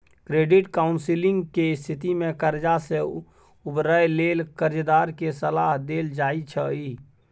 credit counselling के स्थिति में कर्जा से उबरय लेल कर्जदार के सलाह देल जाइ छइ